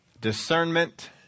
Discernment